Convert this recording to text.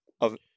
of-